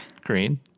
Green